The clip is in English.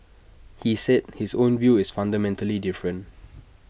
he said his own view is fundamentally different